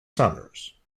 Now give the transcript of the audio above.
summers